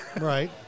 Right